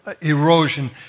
erosion